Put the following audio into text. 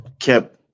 kept